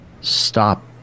stop